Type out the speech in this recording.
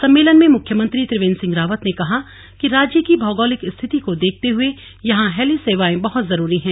सम्मेलन में मुख्यमंत्री त्रिवेंद्र सिंह रावत ने कहा कि राज्य की भौगोलिक स्थिति को देखते हुए यहां हेली सेवाएं बहुत जरूरी हैं